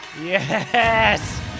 Yes